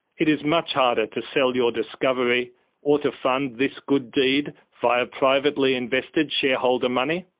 it is much harder to sell your discovery or to fund this good deed via privately invested shareholder money.